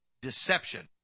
deception